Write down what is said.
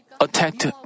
attacked